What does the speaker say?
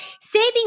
Saving